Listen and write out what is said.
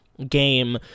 game